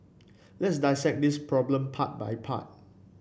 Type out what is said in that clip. let's dissect this problem part by part